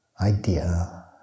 idea